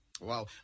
Wow